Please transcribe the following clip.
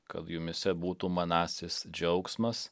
kad jumyse būtų manasis džiaugsmas